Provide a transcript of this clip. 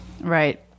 Right